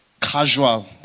casual